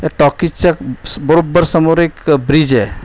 त्या टॉकीजच्या स् बरोबर समोर एक ब्रीज आहे